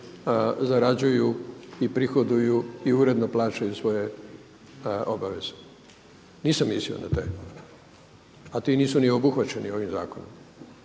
zarađuju i prihoduju i uredno plaćaju svoje obaveze. Nisam mislio na te a ti nisu ni obuhvaćeni ovim zakonom.